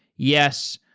yes.